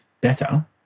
better